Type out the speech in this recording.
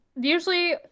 Usually